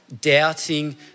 doubting